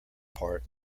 part